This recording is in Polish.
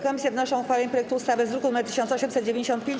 Komisje wnoszą o uchwalenie projektu ustawy z druku nr 1895.